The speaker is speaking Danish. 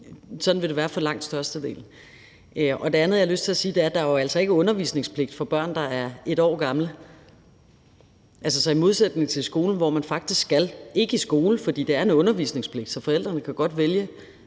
sådan vil det være for langt størstedelen. Det andet, jeg har lyst til at sige, er, at der jo altså ikke undervisningspligt for børn, der er 1 år gamle; i modsætning til skolen, hvor man faktisk ikke skal i skole, fordi det er en undervisningspligt, så forældrene kan godt vælge,